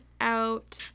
out